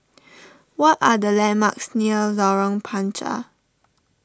what are the landmarks near Lorong Panchar